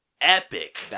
epic